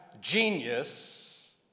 genius